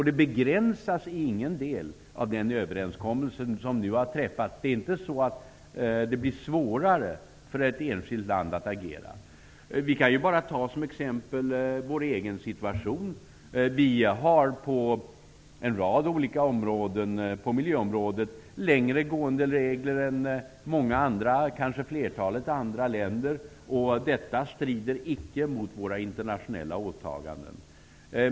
Det begränsas i ingen del av den överenskommelse som nu har träffats. Det blir inte svårare för ett enskilt land att agera. Vi kan ta vår egen situation som exempel. Sverige har på miljöområdet längre gående regler än kanske flertalet andra länder. Det strider icke mot våra internationella åtaganden.